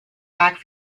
back